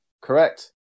Correct